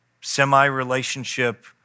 semi-relationship